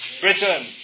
Britain